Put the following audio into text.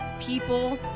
people